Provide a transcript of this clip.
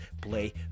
play